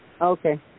Okay